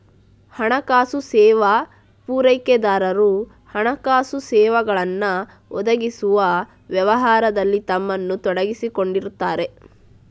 ಹಣಕಾಸು ಸೇವಾ ಪೂರೈಕೆದಾರರು ಹಣಕಾಸು ಸೇವೆಗಳನ್ನ ಒದಗಿಸುವ ವ್ಯವಹಾರದಲ್ಲಿ ತಮ್ಮನ್ನ ತೊಡಗಿಸಿಕೊಂಡಿರ್ತಾರೆ